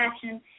passion